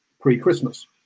pre-Christmas